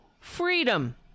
freedom